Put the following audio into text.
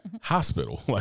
hospital